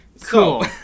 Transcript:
Cool